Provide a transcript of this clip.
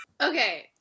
Okay